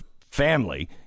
family